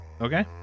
Okay